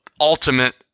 ultimate